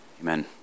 Amen